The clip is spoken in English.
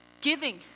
Giving